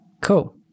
Cool